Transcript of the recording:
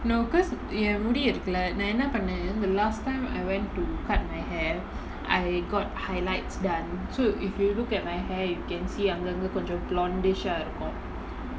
no because என் முடி இருக்குல நா என்ன பண்ண:en mudi irukkula naa enna panna the last time I went to cut my hair I got highlights done so if you look at my hair you can see அங்கங்க கொஞ்சோ:anganga konjo blondish ah இருக்கு:irukku